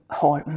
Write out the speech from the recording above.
har